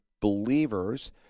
believers